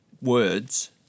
words